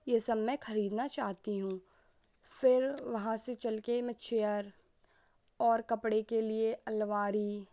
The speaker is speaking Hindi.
यह सब मैं खरीदना चाहती हूँ फिर वहाँ से चलकर मैं चेयर और कपड़े के लिए आलमारी